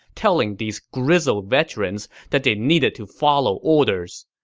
telling these grizzled veterans that they needed to follow orders.